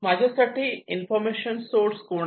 माझ्यासाठी information source कोण आहे